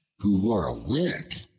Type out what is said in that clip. who wore a wig,